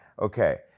Okay